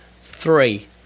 three